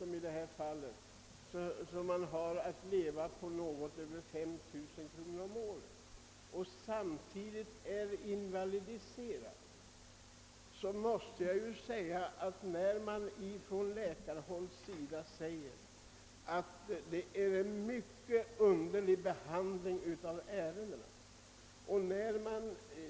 Men här har det från läkarhåll förekommit en mycket underlig behandling av två ärenden som gäller invalidiserade människor som tillhör grupper som måste leva på 5 000 kronor om året.